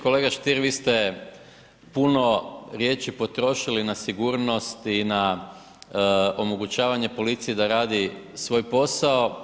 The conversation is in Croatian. Kolega Stier, vi ste puno riječi potrošili na sigurnost i na omogućavanje policije da radi svoj posao.